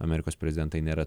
amerikos prezidentai nėra